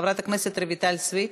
חברת הכנסת רויטל סויד,